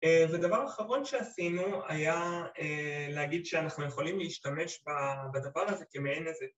ודבר אחרון שעשינו היה להגיד שאנחנו יכולים להשתמש בדבר הזה כמעין הזה.